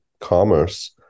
commerce